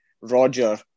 Roger